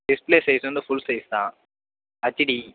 display size வந்து full size தான் HD